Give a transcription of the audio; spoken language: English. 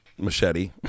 machete